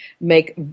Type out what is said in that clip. make